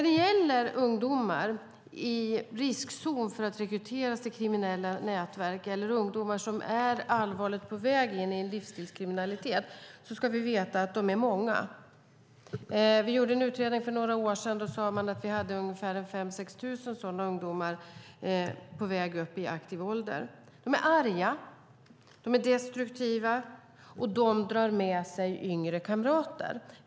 De ungdomar som är i riskzonen för att rekryteras till kriminella nätverk eller allvarligt är på väg in i en livsstilskriminalitet är många, ska vi veta. Vi gjorde en utredning för några år sedan. Då sade man att vi hade ungefär 5 000-6 000 sådana ungdomar på väg upp i aktiv ålder. De är arga och destruktiva och drar med sig yngre kamrater.